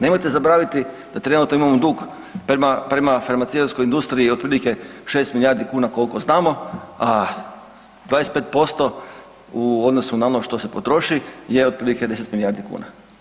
Nemojte zaboraviti da trenutno imamo dug prema, prema farmaceutskoj industriji otprilike 6 milijardi kuna koliko znamo, a 25% u odnosu na ono što se potroši je otprilike 10 milijardi kuna.